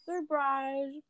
Surprise